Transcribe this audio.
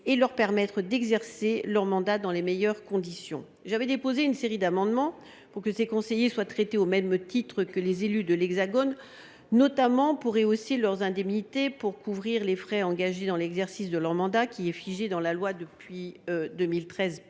et leur permettre d’exercer leur mandat dans les meilleures conditions. J’avais déposé une série d’amendements pour que ces conseillers soient traités au même titre que les élus de l’Hexagone, notamment pour rehausser leurs indemnités afin de couvrir les frais engagés dans l’exercice de leur mandat, qui est figé dans la loi par le